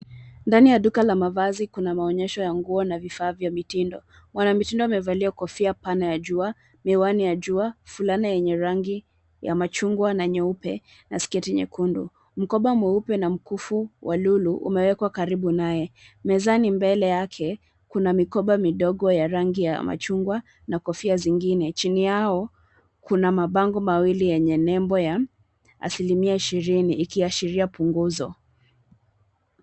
Ndani ya duka la mavazi, kuna maonyesho ya nguo na vifaa vya mitindo. Mwanamtindo amevalia kofia pana ya jua, miwani ya jua, fulana yenye rangi ya machungwa na nyeupe na sketi nyekundu. Mkoba mweupe na mkufu wa lulu umewekwa karibu nae. Mezani mbele yake, kuna mikoba midogo ya rangi ya machungwa na kofia zingine. Chini yao kuna mabango mawili yenye nembo ya asilimia ishirini ikiashiria punguzo.